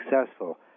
successful